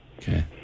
Okay